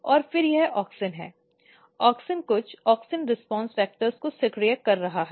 और फिर यह ऑक्सिन है ऑक्सिन कुछ ऑक्सिन प्रतिक्रिया कारकों को सक्रिय कर रहा है